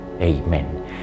Amen